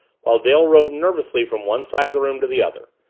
while dale roved nervously from one side of the room to the other.